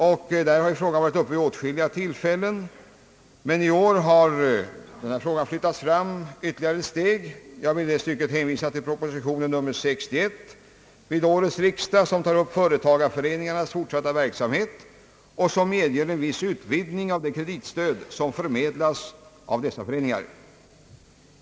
Den frågan har varit uppe vid åtskilliga tillfällen, men i år har den flyttats fram ytterligare ett steg. Här vill jag hänvisa till propositionen nr 61 vid årets riksdag, som tar upp företagareföreningarnas fortsatta verksamhet och som medger en viss utvidgning av det kreditstöd som förmedlas av dessa föreningar.